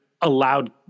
allowed